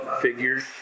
figures